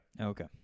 Okay